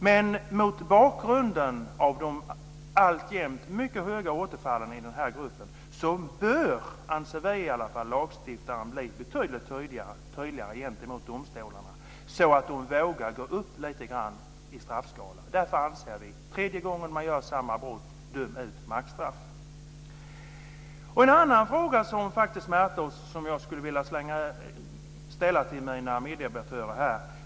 Men mot bakgrund av den alltjämt mycket stora andelen återfall i den här gruppen bör - det anser i alla fall vi - lagstiftaren bli betydligt tydligare gentemot domstolarna, så att de vågar gå upp lite grann i straffskalorna. Därför anser vi att man när någon begår samma brott för tredje gången ska döma ut maxstraff. Jag har en annan fråga som jag skulle vilja ta upp med mina meddebattörer här.